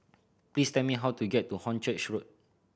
please tell me how to get to Hornchurch Road